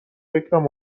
فکرم